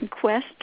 quest